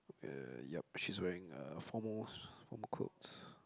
uh yup she's wearing uh formal formal clothes